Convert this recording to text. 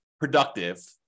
productive